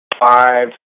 five